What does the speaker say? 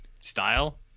style